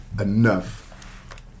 enough